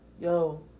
yo